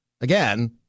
again